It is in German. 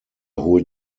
holt